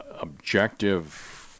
objective